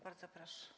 Bardzo proszę.